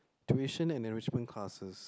tuition and enrichment classes